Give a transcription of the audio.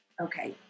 Okay